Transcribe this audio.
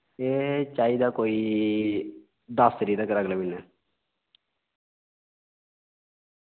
एह् चाहिदा कोई दस तरीक तक्कर अगले म्हीनै